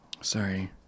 Sorry